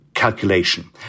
calculation